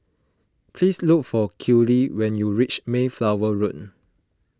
please look for Kellie when you reach Mayflower Road